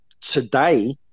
today